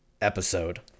episode